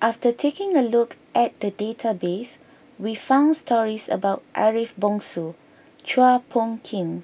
after taking a look at the database we found stories about Ariff Bongso Chua Phung Kim